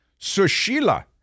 Sushila